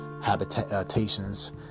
habitations